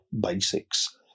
basics